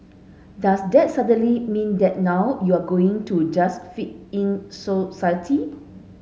does that suddenly mean that now you're going to just fit in society